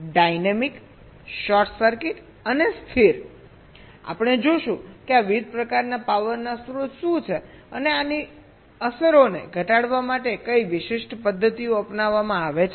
dynamic short circuit અને સ્થિર આપણે જોશું કે આ વિવિધ પ્રકારના પાવરના સ્ત્રોત શું છે અને આની અસરોને ઘટાડવા માટે કઈ વિશિષ્ટ પદ્ધતિઓ અપનાવવામાં આવે છે